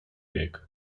bieg